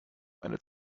eine